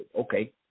Okay